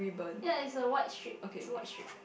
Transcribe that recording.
ya it's a white strip it's a white strip